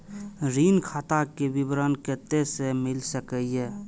ऋण खाता के विवरण कते से मिल सकै ये?